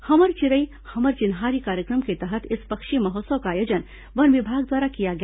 हमर चिरई हमर चिन्हारी कार्यक्रम के तहत इस पक्षी महोत्सव का आयोजन वन विभाग द्वारा किया गया